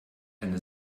eine